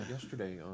yesterday